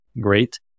great